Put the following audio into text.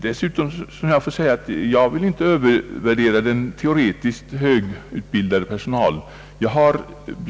Dessutom får jag säga att jag inte vill övervärdera den teoretiskt högutbildade personalen.